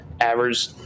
average